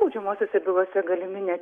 baudžiamosiose bylose galimi